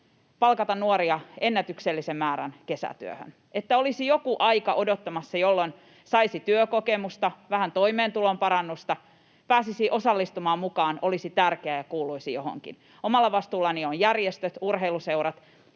palkata nuoria ennätyksellisen määrän kesätyöhön, että olisi odottamassa joku aika, jolloin saisi työkokemusta, vähän toimeentulon parannusta, pääsisi osallistumaan, mukaan, olisi tärkeä ja kuuluisi johonkin? Omalla vastuullani ovat järjestöt, urheiluseurat,